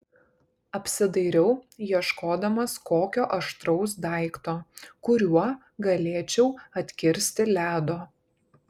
apsidairiau ieškodamas kokio aštraus daikto kuriuo galėčiau atkirsti ledo